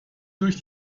durch